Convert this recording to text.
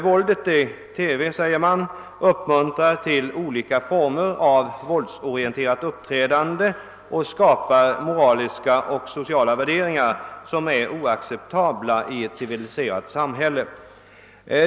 Våldet i TV, säger man, uppmuntrar till olika former av våldsorienterat uppträdande och skapar moraliska och sociala värderingar som är oacceptabla i ett civiliserat samhälle.